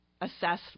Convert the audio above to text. assess